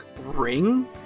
ring